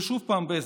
ושוב בזק,